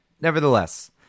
nevertheless